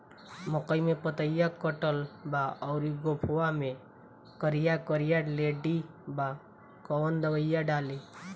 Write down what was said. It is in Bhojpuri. मकई में पतयी कटल बा अउरी गोफवा मैं करिया करिया लेढ़ी बा कवन दवाई डाली?